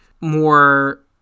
more